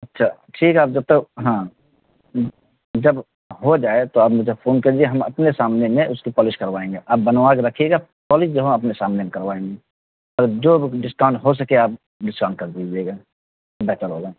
اچھا ٹھیک ہے آپ جب تک ہاں جب ہو جائے تو آپ مجھے فون کرئیے ہم اپنے سامنے میں اس کی پالش کروائیں گے آپ بنوا کے رکھیے گا پالش جو ہے ہم اپنے سامنے میں کروائیں گے اور جو ڈسکاؤنٹ ہو سکے آپ ڈسکاؤنٹ کر دیجیے گا بہتر ہوگا